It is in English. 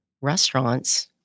restaurants